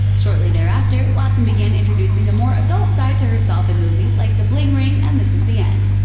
shortly thereafter, watson began introducing a more adult side to herself in movies like the bling ring and this is the end.